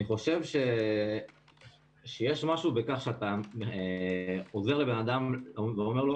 אני חושב שיש משהו בכך שאתה עוזר לבן אדם ואומר לו: